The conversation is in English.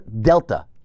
Delta